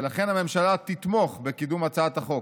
ולכן הממשלה תתמוך בקידום הצעת החוק.